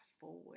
forward